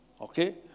Okay